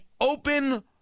open